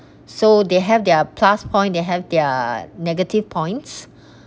so they have their plus point they have their negative points